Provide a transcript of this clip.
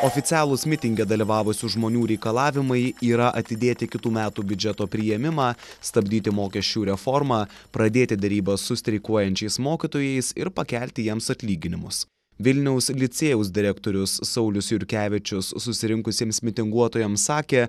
oficialūs mitinge dalyvavusių žmonių reikalavimai yra atidėti kitų metų biudžeto priėmimą stabdyti mokesčių reformą pradėti derybas su streikuojančiais mokytojais ir pakelti jiems atlyginimus vilniaus licėjaus direktorius saulius jurkevičius susirinkusiems mitinguotojams sakė